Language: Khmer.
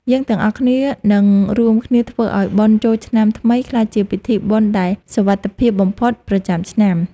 យើងទាំងអស់គ្នានឹងរួមគ្នាធ្វើឱ្យបុណ្យចូលឆ្នាំថ្មីក្លាយជាពិធីបុណ្យដែលមានសុវត្ថិភាពបំផុតប្រចាំឆ្នាំ។